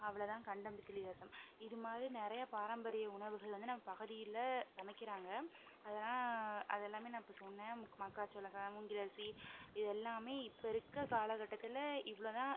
அவ்வளோதான் கண்டபித்திலி ரசம் இதுமாதிரி நிறைய பாரம்பரிய உணவுகள் வந்து நம்ம பகுதியில் சமைக்கிறாங்க அதெலாம் அதெல்லாமே நான் இப்போ சொன்னேன் மக்காச்சோள சாதம் மூங்கில் அரிசி இது எல்லாமே இப்போ இருக்க காலக்கட்டத்தில் இவ்வளோதான்